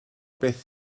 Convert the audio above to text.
beth